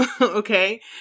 Okay